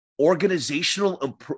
organizational